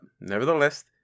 nevertheless